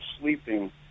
sleeping